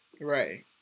Right